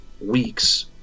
weeks